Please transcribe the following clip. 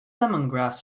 lemongrass